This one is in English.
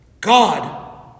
God